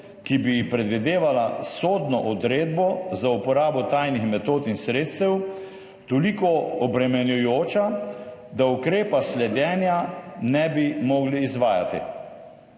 ki bi predvidevala sodno odredbo za uporabo tajnih metod in sredstev, toliko obremenjujoča, da ukrepa sledenja ne bi mogli izvajati.